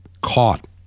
caught